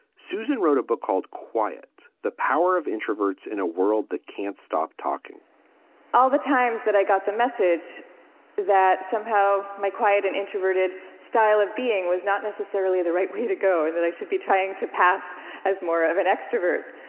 susan wrote a book called quiet the power of introverts in a world that can't stop talking all the times that i got the message that somehow my quiet and introverted style of being was not necessarily the right way to go and that i should be trying to pass as more of an extrovert.